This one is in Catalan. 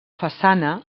façana